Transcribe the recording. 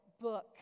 book